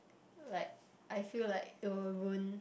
like I feel like it will ruin